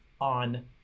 on